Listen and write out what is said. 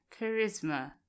Charisma